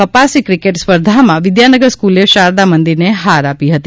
કપાસી cricket સ્પર્ધામાં વિદ્યાનગર હાઇસ્ક્લે શારદા મંદિરને હાર આપી હતી